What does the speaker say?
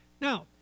Now